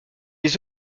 les